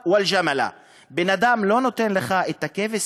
ומתרגמם:) בן-אדם לא נותן לך את הכבש